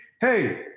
Hey